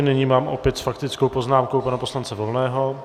Nyní mám opět s faktickou poznámkou pana poslance Volného.